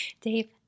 Dave